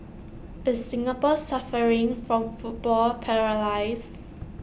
is Singapore suffering from football paralyse